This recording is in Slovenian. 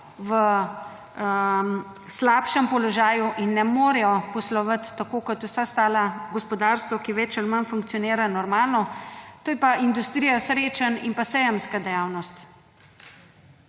v slabšem položaju in ne morejo poslovati tako kot vsa ostala gospodarstva, ki več ali manj funkcionirajo normalno, to je pa industrija srečanj in pa sejemska dejavnost.